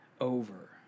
over